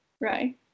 right